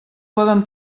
poden